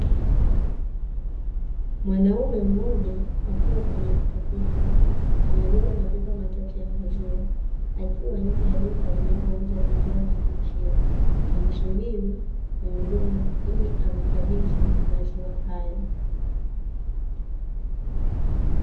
Mwanaume mmoja akiwa kwenye pikipiki amebeba mapipa matatu ya maziwa, akiwa nje ya duka linalouza bidhaa za maziwa akimsubiri muhudumu ili amkabidhi maziwa hayo.